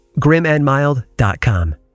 GrimAndMild.com